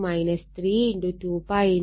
അപ്പോൾ ഇത് 5 j 31